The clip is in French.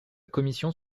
commission